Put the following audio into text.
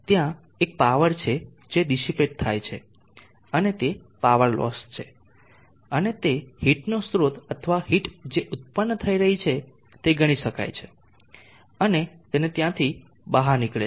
ત્યાં એક પાવર છે જે ડીસીપેટ થાય છે અને તે પાવર લોસ છે અને તે હીટનો સ્રોત અથવા હીટ જે ઉત્પન્ન થઈ રહી છે તે ગણી શકાય છે અને તેને ત્યાંથી બહાર નીકળે છે